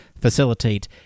facilitate